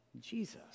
Jesus